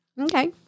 Okay